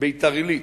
ביתר-עילית,